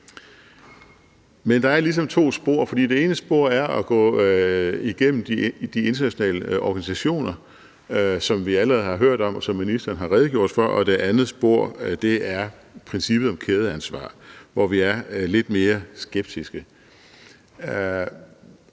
Men der er ligesom to spor. Det ene spor er at gå igennem de internationale organisationer, som vi allerede har hørt om, og som ministeren har redegjort for, og det andet spor er princippet om kædeansvar, hvor vi er lidt mere skeptiske.